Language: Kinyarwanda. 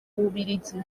bubiligi